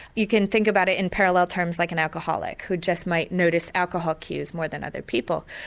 you can think about it in parallel terms like an alcoholic who just might notice alcohol cues more than other people.